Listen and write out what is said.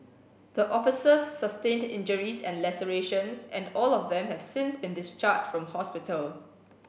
the officers sustained injuries and lacerations and all of them have since been discharged from hospital